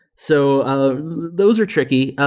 so ah those are tricky.